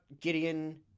Gideon